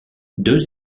deux